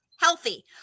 healthy